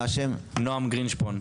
נעם גרינשפון,